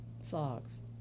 Socks